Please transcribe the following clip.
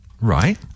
Right